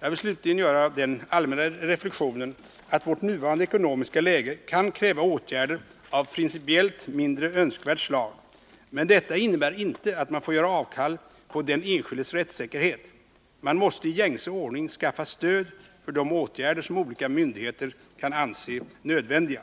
Jag vill slutligen göra den allmänna reflektionen att vårt nuvarande ekonomiska läge kan kräva åtgärder av principiellt mindre önskvärt slag, men detta innebär inte att man får göra avkall på den enskildes rättssäkerhet. Man måste i gängse ordning skaffa stöd för de åtgärder som olika myndigheter kan anse nödvändiga.